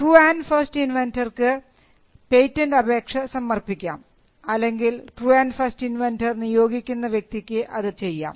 true and first ഇൻവെൻന്റർക്ക് patent അപേക്ഷ സമർപ്പിക്കാം അല്ലെങ്കിൽ ട്രൂ ആൻഡ് ഫസ്റ്റ് ഇൻവെൻന്റർ നിയോഗിക്കുന്ന വ്യക്തിക്ക് അത് ചെയ്യാം